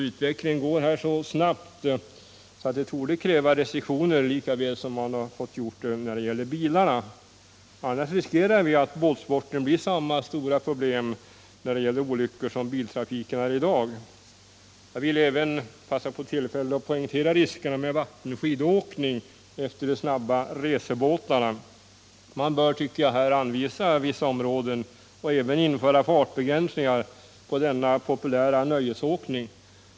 Utvecklingen går så snabbt att det torde krävas restriktioner lika väl som man har fått införa sådana beträffande bilarna. Annars riskerar vi att båtsporten blir samma stora problem när det gäller olyckor som biltrafiken är i dag. Jag vill passa på tillfället att poängtera riskerna med vattenskidåkning efter snabba racerbåtar. Man bör anvisa särskilda områden och även införa fartbegränsningar för denna populära nöjesåkning.